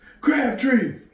Crabtree